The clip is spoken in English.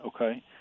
Okay